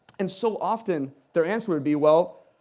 and so often their answer would be, well,